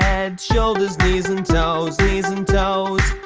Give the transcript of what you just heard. head, shoulders, knees and toes, knees and so